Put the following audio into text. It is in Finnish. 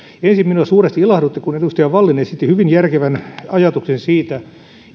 ensin minua suuresti ilahdutti kun edustaja wallin esitti hyvin järkevän ajatuksen siitä